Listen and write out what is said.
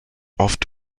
oft